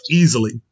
easily